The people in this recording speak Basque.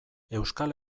euskal